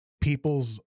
people's